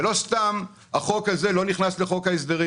ולא סתם החוק זה לא נכנס לחוק ההסדרים.